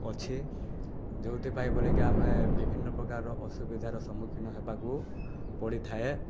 ଅଛି ଯେଉଁଥିପାଇଁ ବୋଲିକି ଆମେ ବିଭିନ୍ନପ୍ରକାର ଅସୁବିଧାର ସମ୍ମୁଖୀନ ହେବାକୁ ପଡ଼ିଥାଏ